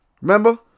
Remember